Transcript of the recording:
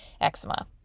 eczema